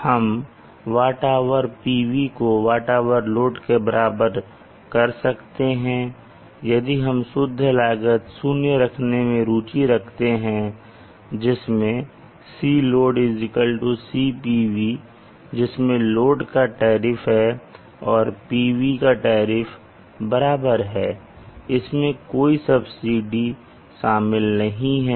हम WHPV को WH load के बराबर कर सकते हैं यदि हम शुद्ध लागत 0 रखने में रुचि रखते हैं जिसमें C load CPV जिसमें लोड का टैरिफ है और PV का टैरिफ बराबर है और इसमें कोई सब्सिडी शामिल नहीं है